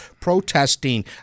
protesting